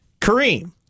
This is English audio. Kareem